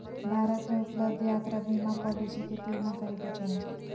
भारत में उपलब्ध यात्रा बीमा पॉलिसी के तुलना करे के चाही